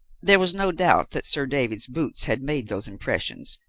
there was no doubt that sir david's boots had made those impressions,